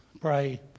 pray